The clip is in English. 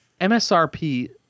MSRP